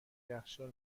یخچال